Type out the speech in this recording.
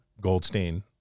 Goldstein